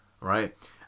Right